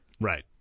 Right